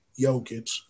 Jokic